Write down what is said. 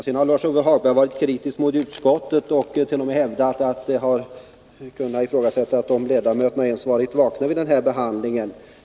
Sedan har Lars-Ove Hagberg varit kritisk mot utskottet och t.o.m. ifrågasatt om ledamöterna ens varit vakna vid behandlingen av den här frågan.